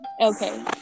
Okay